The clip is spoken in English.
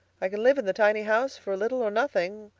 i can live in the tiny house for little or nothing,